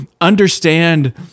understand